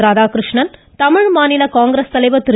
ராதாகிருஷ்ணன் தமிழ்மாநில காங்கிரஸ் தலைவர் திரு